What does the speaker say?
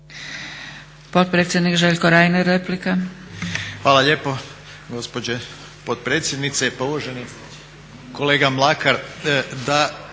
Potpredsjednik Željko Reiner, replika.